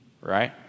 right